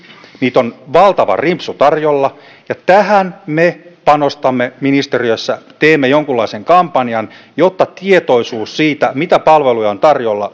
niitä on valtava rimpsu tarjolla ja tähän me panostamme ministeriössä teemme jonkunlaisen kampanjan jotta tietoisuus siitä mitä palveluja on tarjolla